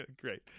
Great